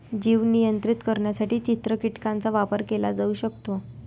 जीव नियंत्रित करण्यासाठी चित्र कीटकांचा वापर केला जाऊ शकतो